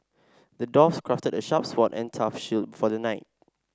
the dwarf crafted a sharp sword and a tough shield for the knight